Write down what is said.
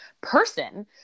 person